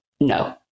no